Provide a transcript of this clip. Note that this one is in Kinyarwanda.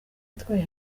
itwaye